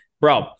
bro